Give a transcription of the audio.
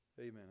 Amen